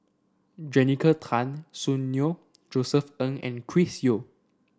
Jessica Tan Soon Neo Josef Ng and Chris Yeo